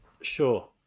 Sure